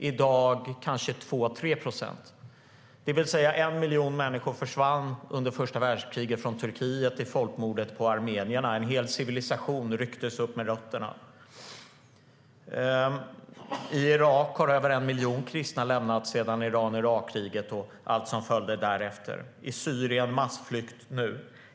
I dag är de kanske 2-3 procent. Det var 1 miljon människor som försvann från Turkiet under första världskriget i folkmordet på armenierna. En hel civilisation rycktes upp med rötterna. Över 1 miljon kristna har lämnat Irak sedan Iran-Irak-kriget och allt som följde därefter. I Syrien är det nu massflykt.